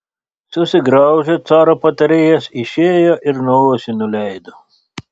susigraužė caro patarėjas išėjo ir nosį nuleido